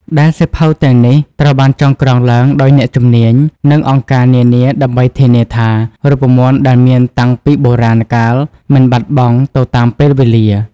ដែលសៀវភៅទាំងនេះត្រូវបានចងក្រងឡើងដោយអ្នកជំនាញ និងអង្គការនានាដើម្បីធានាថា រូបមន្តដែលមានតាំងពីបុរាណកាលមិនបាត់បង់ទៅតាមពេលវេលា។